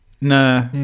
Nah